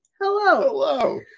Hello